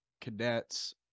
Cadets